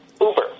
Uber